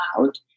out